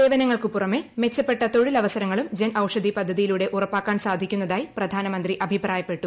സേവനങ്ങൾക്കു പുറമെ മെച്ചപ്പെട്ട തൊഴിലവസരങ്ങളും ഔഷധിപദ്ധതിയിലൂടെ ഉറപ്പാക്കാൻ സാധിക്കുന്നതായി പ്രധാനമന്ത്രി അഭിപ്രായപ്പെട്ടു